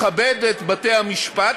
מכבד את בתי-המשפט,